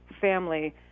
family